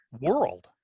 world